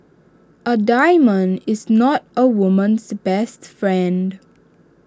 A diamond is not A woman's best friend